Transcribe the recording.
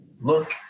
look